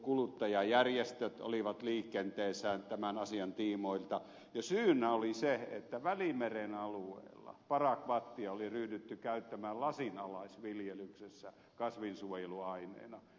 kuluttajajärjestöt olivat liikenteessä tämän asian tiimoilta ja syynä oli se että välimeren alueella parakvattia oli ryhdytty käyttämään lasinalaisviljelyksessä kasvinsuojeluaineena